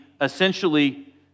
essentially